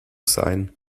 sein